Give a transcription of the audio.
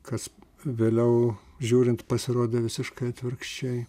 kas vėliau žiūrint pasirodė visiškai atvirkščiai